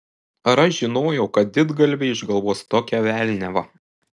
ar aš žinojau kad didgalviai išgalvos tokią velniavą